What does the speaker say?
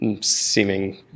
seeming